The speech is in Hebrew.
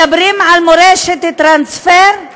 מדברים על מורשת טרנספר?